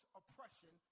oppression